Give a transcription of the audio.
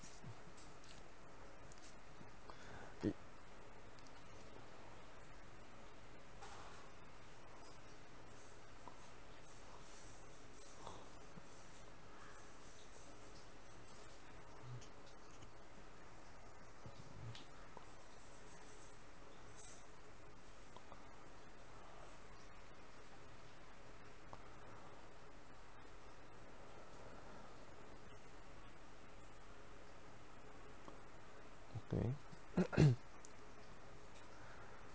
it okay